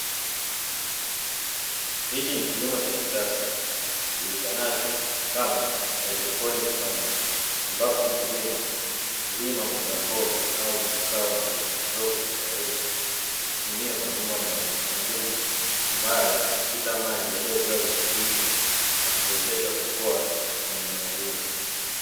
Hichi ni kilimo cha kisasa kijulikanacho kama haidroponi, ambapo mkulima mlima mbogamboga au mazao madogomadogo ya kawaida kwa kutumia mabomba maalumu, ambayo kupita maji yaliyokuwa virutubisho na kuwezesha kukua kwa mimea hiyo.